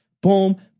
Boom